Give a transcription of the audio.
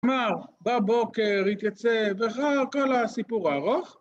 ‫כלומר, בבוקר יתייצב לאחר ‫כל הסיפור הארוך.